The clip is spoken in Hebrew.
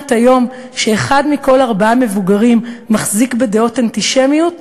שומעת היום שאחד מכל ארבעה מבוגרים מחזיק בדעות אנטישמיות,